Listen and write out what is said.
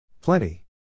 Plenty